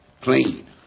Clean